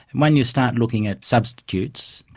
and when you start looking at substitutes,